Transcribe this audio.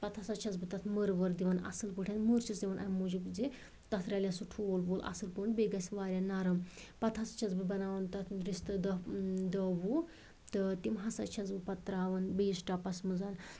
پتہٕ ہسا چھَس بہٕ تَتھ مُرٕ وُرٕ دِوان اَصٕل پٲٹھۍ مُر چھَس دِوان أمۍ موجوٗب زِ تَتھ رَلہِ ہہ سُہ ٹھوٗل ووٗل اَصٕل پٲٹھۍ بیٚیہِ گژھِ وایاہ نرم پتہٕ ہسا چھَس بہٕ بناوان تَتھ رِستہٕ داہ داہ وُہ تہٕ تِم ہسا چھَس بہٕ پتہٕ تراوان بیٚیِس ٹَپَس منٛز